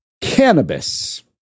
cannabis